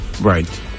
Right